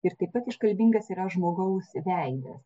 ir taip pat iškalbingas yra žmogaus veidas